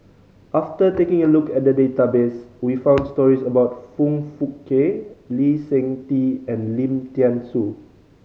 after taking a look at the database we found stories about Foong Fook Kay Lee Seng Tee and Lim Thean Soo